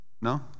No